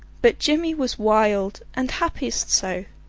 but jimmy was wild and happiest so,